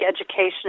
education